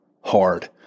Hard